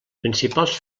principals